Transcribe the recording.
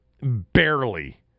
barely